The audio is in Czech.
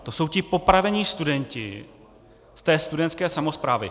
To jsou ti popravení studenti ze studentské samosprávy.